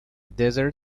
desert